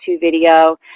video